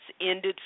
ended